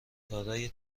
دارای